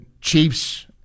Chiefs